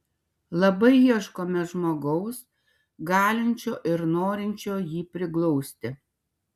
labai ieškome žmogaus galinčio ir norinčio jį priglausti